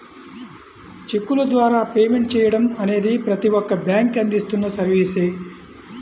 చెక్కుల ద్వారా పేమెంట్ చెయ్యడం అనేది ప్రతి ఒక్క బ్యేంకూ అందిస్తున్న సర్వీసే